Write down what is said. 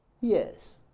Yes